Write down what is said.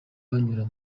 banyura